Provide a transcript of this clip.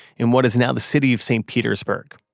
in what is now the city of st petersburg.